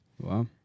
Wow